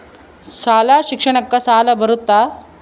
ಶಾಲಾ ಶಿಕ್ಷಣಕ್ಕ ಸಾಲ ಬರುತ್ತಾ?